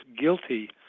guilty